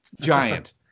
giant